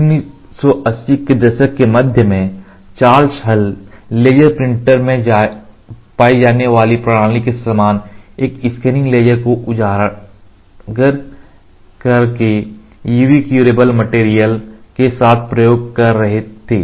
1980 के दशक के मध्य में चार्ल्स हल लेज़र प्रिंटर में पाई जाने वाली प्रणाली के समान एक स्कैनिंग लेजर को उजागर करके UV क्यूरेबल मटेरियल के साथ प्रयोग कर रहे थे